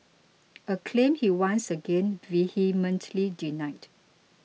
a claim he once again vehemently denied